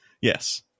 Yes